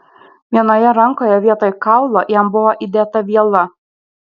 vienoje rankoje vietoj kaulo jam buvo įdėta viela